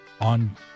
on